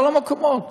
כל המקומות.